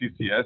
CCS